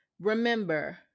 remember